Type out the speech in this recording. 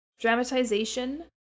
dramatization